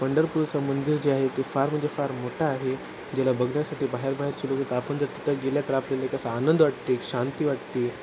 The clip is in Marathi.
पंढरपूरचं मंदिर जे आहे ते फार म्हणजे फार मोठा आहे ज्याला बघण्यासाठी बाहेर बाहेर सुरू होत आपण जर तिथं गेल्या तर आपल्यालाही कसा आनंद वाटते शांती वाटते